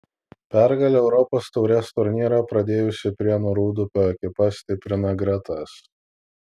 pergale europos taurės turnyrą pradėjusi prienų rūdupio ekipa stiprina gretas